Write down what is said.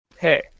Hey